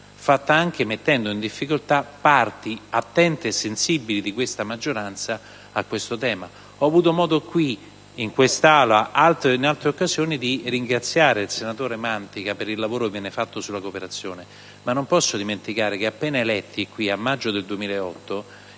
fatta anche mettendo in difficoltà parti attente e sensibili dell'attuale maggioranza rispetto a questo tema. Ho avuto modo in quest'Aula in altre occasioni di ringraziare il sottosegretario Mantica per il lavoro compiuto sulla cooperazione, ma non posso dimenticare che, appena eletti nel maggio del 2008,